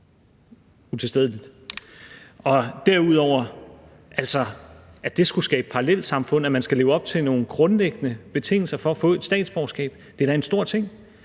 utilstedeligt. At det skulle skabe parallelsamfund, at man skal leve op til nogle grundlæggende betingelser for at få et statsborgerskab – det er da en stor ting